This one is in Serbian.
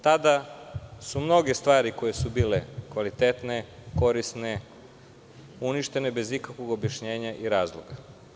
Tada su mnoge stvari koje su bile kvalitetne, korisne, uništene bez ikakvog objašnjenja i razloga.